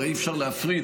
והרי אי-אפשר להפריד,